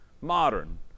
modern